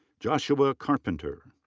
joshua carpenter.